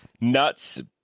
nuts